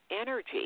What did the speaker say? Energy